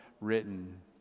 written